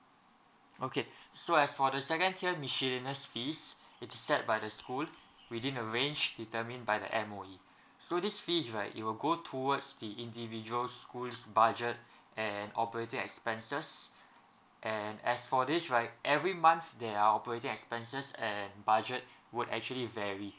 okay so as for the second tier miscellaneous fees which set by the school within the range determined by the M_O_E so this fees right it will go towards the individual schools budget and operating expenses and as for this right every month there are operating expenses and budget would actually vary